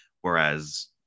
whereas